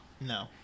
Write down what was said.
No